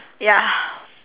ya